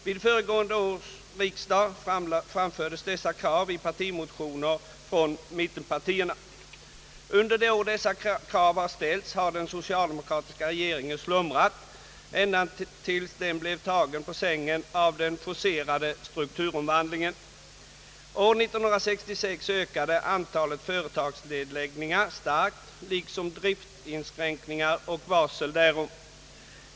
Vid föregående års riksdag framfördes dessa krav i partimotioner från mittenpartierna. Under de år dessa krav ställdes slumrade den socialdemokratiska regeringen, ända tills den blev tagen på sängen av den forcerade strukturomvandlingen. År 1966 ökade antalet företagsnedläggningar starkt liksom driftsinskränkningar och varsel därom.